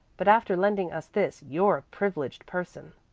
but after lending us this you're a privileged person.